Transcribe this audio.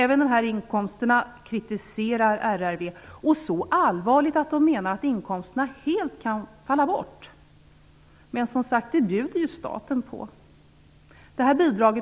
Även de här inkomsterna kritiserar RRV, så allvarligt att man menar att inkomsterna helt kan falla bort. Men, som sagt, det bjuder ju staten på!